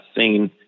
seen